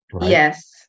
Yes